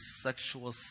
sexual